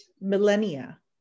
millennia